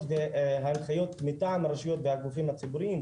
וההנחיות מטעם הרשויות והגופים הציבוריים,